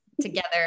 together